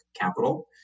capital